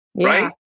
Right